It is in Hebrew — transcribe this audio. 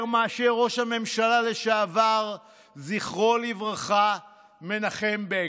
מאשר ראש הממשלה לשעבר זכרו לברכה מנחם בגין.